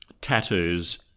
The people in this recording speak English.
tattoos